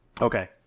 Okay